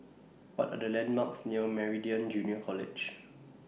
What Are The landmarks near Meridian Junior College